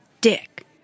Dick